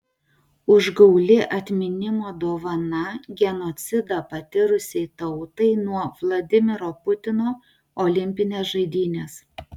užgauli atminimo dovana genocidą patyrusiai tautai nuo vladimiro putino olimpinės žaidynės